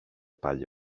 πάλι